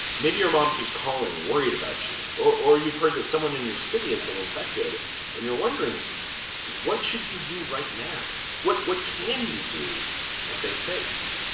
maybe your mom keeps calling worried about you or or you've heard that someone in your city has been infected and you're wondering what should you do right now? what what can you do to stay safe?